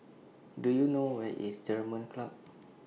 Do YOU know Where IS German Club